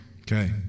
Okay